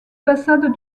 façades